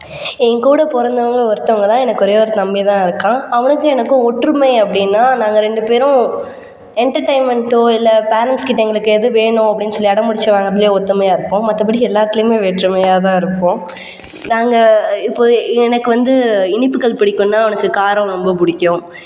என்கூட பிறந்தவங்க ஒருத்தங்க தான் எனக்கு ஒரே ஒரு தம்பி தான் இருக்கான் அவனுக்கும் எனக்கும் ஒற்றுமை அப்படின்னா நாங்கள் ரெண்டு பேரும் என்டர்டைன்மெண்ட்டோ இல்லை பேரன்ட்ஸ் கிட்ட எங்களுக்கு எது வேணும் அப்படின்னு சொல்லி அடம்பிடிச்சி வாங்கறதுலையோ ஒற்றுமையா இருப்போம் மற்றபடி எல்லாத்துலியுமே வேற்றுமையாக தான் இருப்போம் நாங்கள் இப்போது எனக்கு வந்து இனிப்புகள் பிடிக்கும்னா அவனுக்கு காரம் ரொம்ப பிடிக்கும்